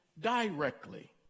directly